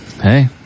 Hey